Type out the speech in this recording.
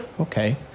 Okay